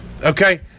Okay